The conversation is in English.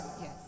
Yes